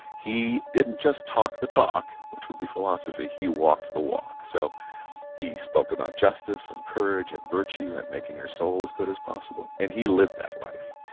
he didn't just talk the talk, which would be philosophy, he walked the walk. so he spoke about justice and courage, and virtue, and making your soul as good as possible and he lived that life.